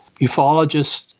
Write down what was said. Ufologists